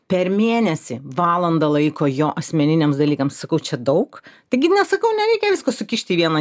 per mėnesį valandą laiko jo asmeniniams dalykams sakau čia daug taigi sakau nereikia visko sukišti į vieną dieną nu tai paskirstyk